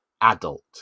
adult